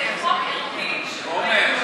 אני חושבת שזה חוק ערכי, עמר,